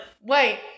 Wait